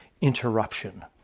interruption